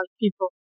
people